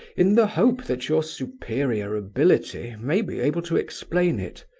in the hope that your superior ability may be able to explain it.